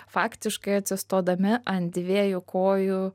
faktiškai atsistodami ant dviejų kojų